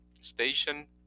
station